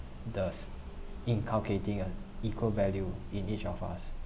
does inculcating a equal value in each of us